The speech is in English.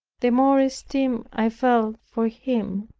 the more esteem i felt for him.